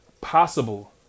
possible